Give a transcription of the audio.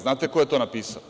Znate ko je to napisao?